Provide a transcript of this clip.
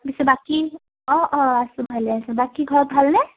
পিছে বাকী অঁ অঁ আছোঁ ভালে আছোঁ বাকী ঘৰত ভালনে